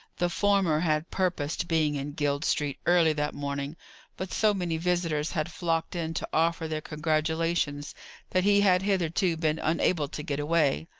the former had purposed being in guild street early that morning but so many visitors had flocked in to offer their congratulations that he had hitherto been unable to get away.